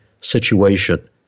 situation